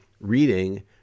reading